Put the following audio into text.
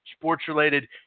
Sports-related